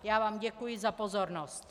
Já vám děkuji za pozornost.